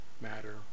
matter